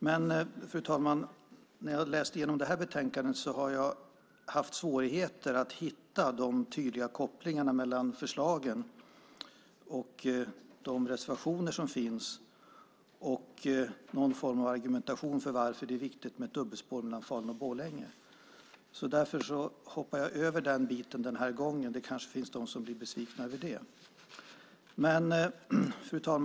Men när jag har läst igenom detta betänkande har jag haft svårigheter att hitta de tydliga kopplingarna mellan förslagen och de reservationer som finns och någon form av argumentation för att det är viktigt med dubbelspår mellan Falun och Borlänge. Därför hoppar jag över det den här gången. Några blir kanske besvikna över det. Fru talman!